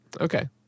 Okay